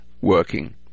working